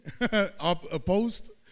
opposed